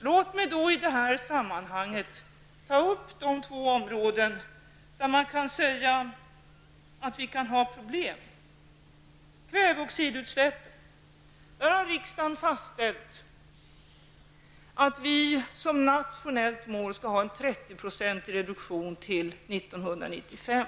Låt mig i detta sammanhang ta upp de två områden där det kan sägas att vi kan ha problem. Det ena området är kväveoxidutsläppen. Riksdagen har fastställt att vi som nationellt mål skall ha en 30-procentig reduktion till år 1995.